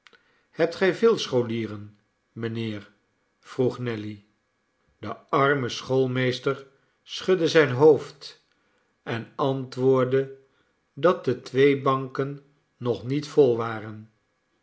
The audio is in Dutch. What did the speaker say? hebt gij veel scholieren mijnheer vroeg nelly de arme schoolmeester schudde zijn hoofd en antwoordde dat de twee banken nog niet vol waren